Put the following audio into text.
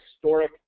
historic